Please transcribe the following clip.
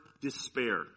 despair